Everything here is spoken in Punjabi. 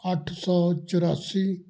ਅੱਠ ਸੌ ਚੁਰਾਸੀ